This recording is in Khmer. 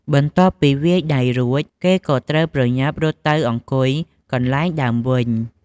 បន្ទាប់ពីវាយដៃរួចគេក៏ត្រូវប្រញាប់រត់ទៅអង្គុយកន្លែងដើមវិញ។